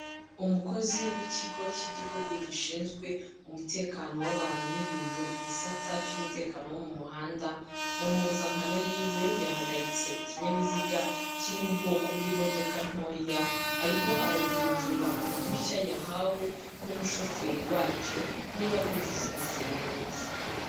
Umukozi w'ikigo cy'igihugu gishinzwe umutekano w'abantu n'ibintu, igisata cy'umutekano wo mu muhanda, mu mpuzankano yiwe, yahagaritse ikinyabiziga kiri mu bwoko bw'imodoka ntoya, ariho aragenzura uruhushya yahawe n'umushoferi wacyo, niba rwujuje ubuziranenge.